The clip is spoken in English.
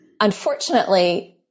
Unfortunately